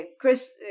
Chris